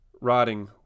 writing